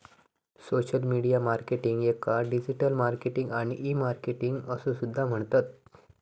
social media marketing याका digital marketing आणि e marketing असो सुद्धा म्हणतत